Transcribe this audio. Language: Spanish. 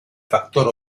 factor